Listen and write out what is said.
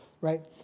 right